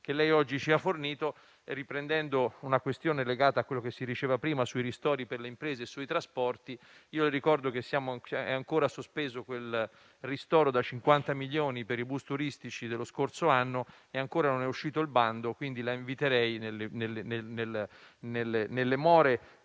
che oggi ci ha fornito e riprendendo una questione legata a quanto si diceva prima sui ristori per le imprese e sui trasporti, ricordo che è ancora sospeso quel ristoro da 50 milioni per i bus turistici dello scorso anno e non è ancora uscito il bando. La inviterei quindi, nelle more